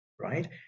right